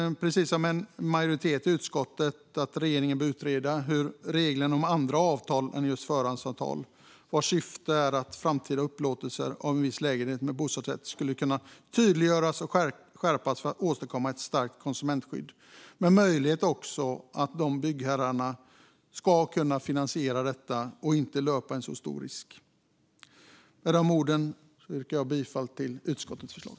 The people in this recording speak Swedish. Precis som en majoritet i utskottet vill vi att regeringen utreder hur reglerna om andra avtal än förhandsavtal, vars syfte är framtida upplåtelse av en viss lägenhet med bostadsrätt, skulle kunna tydliggöras och skärpas för att åstadkomma ett stärkt konsumentskydd - med möjlighet också för byggherrar att kunna finansiera byggandet utan att löpa alltför stor risk. Jag yrkar bifall till utskottets förslag.